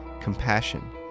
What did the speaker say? compassion